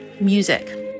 music